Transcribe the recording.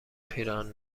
پیراهن